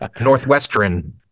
Northwestern